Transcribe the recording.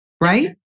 right